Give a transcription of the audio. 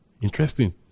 Interesting